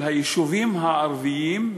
של היישובים הערביים,